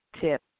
tip